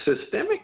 systemic